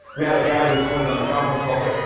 we had a guy this morning on a conference call say,